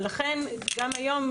לכן גם היום,